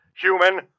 human